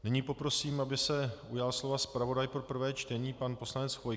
Nyní poprosím, aby se ujal slova zpravodaj pro prvé čtení pan poslanec Chvojka.